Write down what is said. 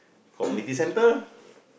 community center